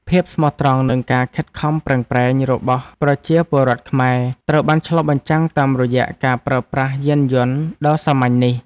ភាពស្មោះត្រង់និងការខិតខំប្រឹងប្រែងរបស់ប្រជាពលរដ្ឋខ្មែរត្រូវបានឆ្លុះបញ្ចាំងតាមរយៈការប្រើប្រាស់យានយន្តដ៏សាមញ្ញនេះ។